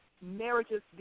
marriages